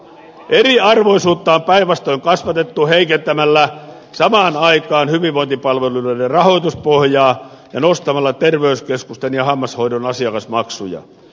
eriarvoisuutta on päinvastoin kasvatettu heikentämällä samaan aikaan hyvinvointipalveluiden rahoituspohjaa ja nostamalla terveyskeskusten ja hammashoidon asiakasmaksuja